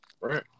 Right